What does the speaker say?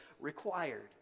required